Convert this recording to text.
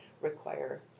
require